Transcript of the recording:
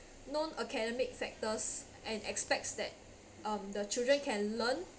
non academic factors and aspects that um the children can learn